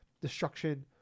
destruction